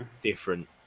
different